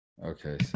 Okay